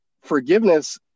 forgiveness